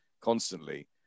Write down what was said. constantly